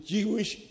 Jewish